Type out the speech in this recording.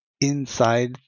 inside